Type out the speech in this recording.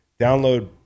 Download